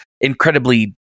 incredibly